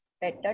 better